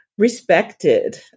respected